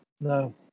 No